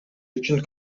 үчүн